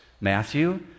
Matthew